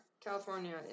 California